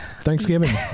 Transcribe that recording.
Thanksgiving